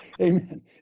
Amen